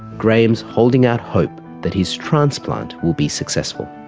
graham is holding out hope that his transplant will be successful.